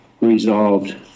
resolved